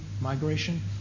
migration